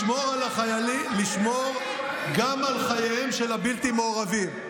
לשמור גם על חייהם של הבלתי-מעורבים.